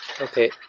Okay